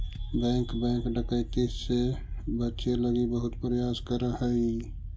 bank bank डकैती से बचे लगी बहुत प्रयास करऽ हइ